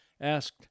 Asked